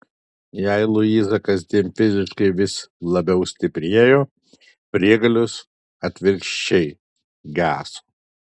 jei luiza kasdien fiziškai vis labiau stiprėjo prieglius atvirkščiai geso